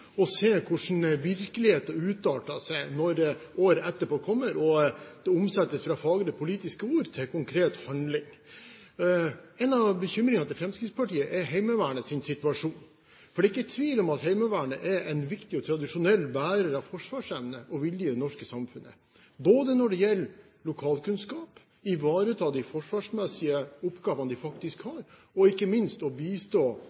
se hvordan virkeligheten utarter seg året etterpå når fagre politiske ord blir omsatt til konkret handling. En av Fremskrittspartiets bekymringer er Heimevernets situasjon. Det er ikke tvil om at Heimevernet er en viktig og tradisjonell bærer av forsvarsevne og -vilje i det norske samfunnet, både når det gjelder lokalkunnskap, ivaretakelse av de forsvarsmessige oppgavene de faktisk har, og ikke minst å bistå